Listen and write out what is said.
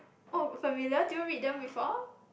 oh familiar do you read them before